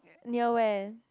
near where